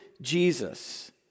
Jesus